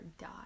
die